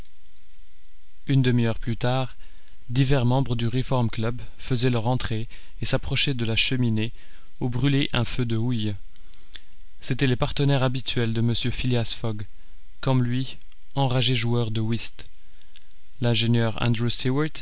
une demi-heure plus tard divers membres du reform club faisaient leur entrée et s'approchaient de la cheminée où brûlait un feu de houille c'étaient les partenaires habituels de mr phileas fogg comme lui enragés joueurs de whist l'ingénieur andrew